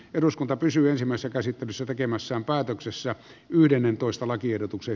eduskunta pysyä samassa käsittelyssä tekemässään päätöksessä yhdennentoista lakiehdotuksen